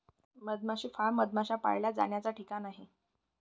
मधमाशी फार्म मधमाश्या पाळल्या जाण्याचा ठिकाण आहे